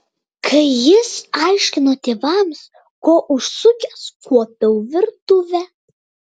kai jis aiškino tėvams ko užsukęs kuopiau virtuvę